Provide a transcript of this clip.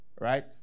right